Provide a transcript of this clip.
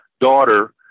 daughter